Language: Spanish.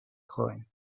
joven